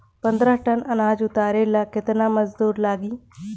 पन्द्रह टन अनाज उतारे ला केतना मजदूर लागी?